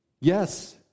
Yes